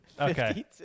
Okay